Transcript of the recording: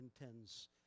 intends